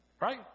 Right